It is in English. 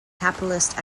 capitalist